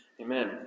Amen